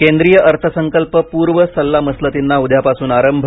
केंद्रीय अंदाजपत्रकपूर्व सल्ला मसलतींना उद्यापासून आरंभ